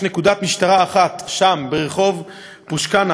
יש נקודת משטרה אחת שם ברחוב פושקינה,